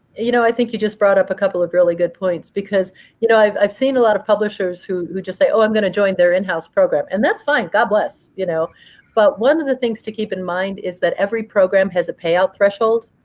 you know i think you just brought up a couple of really good points, because you know i've i've seen a lot of publishers who who just say, oh, i'm going to join their in-house program. and that's fine. god bless. you know but one of the things to keep in mind is that every program has a payout threshold.